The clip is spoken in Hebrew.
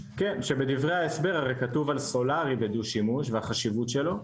בדברי ההסבר הרי כתוב על סולארי בדו-שימוש והחשיבות שלו,